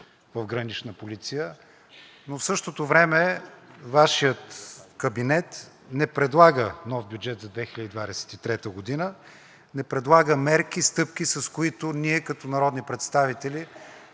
в Гранична полиция, но в същото време Вашият кабинет не предлага нов бюджет за 2023 г., не предлага мерки и стъпки, с които ние, като народни представители,